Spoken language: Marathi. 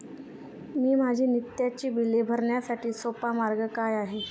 माझी नित्याची बिले भरण्यासाठी सोपा मार्ग काय आहे?